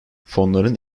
fonların